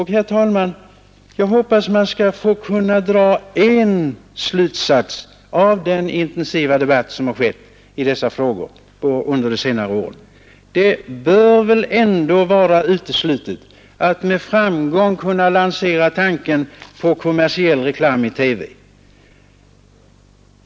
Herr talman! Jag hoppas att man skall kunna dra en särskild slutsats av den intensiva debatt som förts i dessa frågor under de senare åren. Det bör väl ändå vara uteslutet att med framgång lansera tanken på kommersiell reklam i TV.